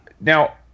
now